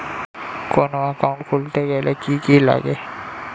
কোন একাউন্ট খুলতে গেলে কি কি লাগে?